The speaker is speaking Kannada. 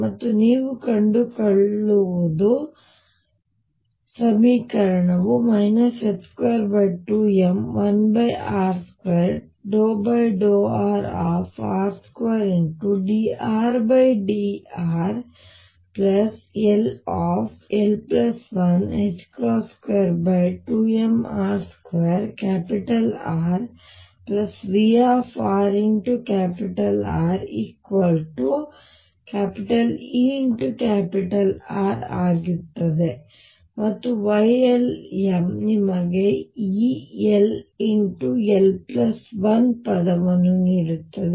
ಮತ್ತು ನೀವು ಕಂಡುಕೊಳ್ಳುವುದು ಸಮೀಕರಣವು 22m1r2∂r r2dRdrll122mr2RVrRER ಆಗುತ್ತದೆ ಮತ್ತು Ylm ನಿಮಗೆ ಈ ll1 ಪದವನ್ನು ನೀಡುತ್ತದೆ